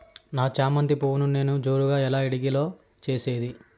నా చామంతి పువ్వును నేను జోరుగా ఎలా ఇడిగే లో చేసేది?